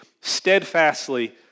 steadfastly